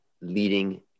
leading